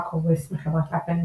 Mac OS מחברת אפל,